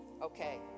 okay